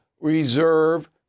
reserve